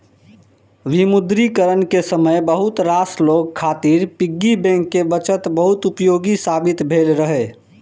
विमुद्रीकरण के समय बहुत रास लोग खातिर पिग्गी बैंक के बचत बहुत उपयोगी साबित भेल रहै